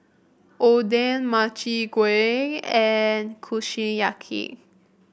Oden Makchang Gui and Kushiyaki